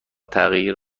تغییر